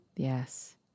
Yes